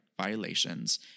violations